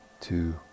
two